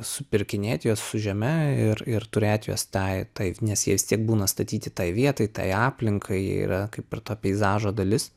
supirkinėt juos su žeme ir ir turėti juos tai taip nes jie vis tiek būna statyti tai vietai tai aplinka yra kaip ir to peizažo dalis